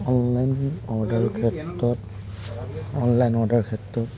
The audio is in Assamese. অনলাইন অৰ্ডাৰৰ ক্ষেত্ৰত অনলাইন অৰ্ডাৰৰ ক্ষেত্ৰত